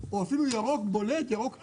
או אפילו ירוק עז,